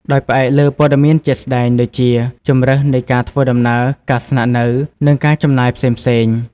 ដោយផ្អែកលើព័ត៌មានជាក់ស្ដែងដូចជាជម្រើសនៃការធ្វើដំណើរ ការស្នាក់នៅ និងការចំណាយផ្សេងៗ។